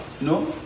No